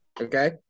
Okay